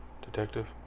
Detective